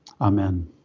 Amen